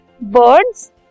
Birds